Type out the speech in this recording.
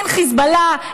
אין חיזבאללה,